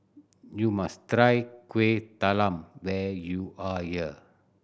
you must try Kuih Talam when you are here